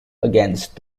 against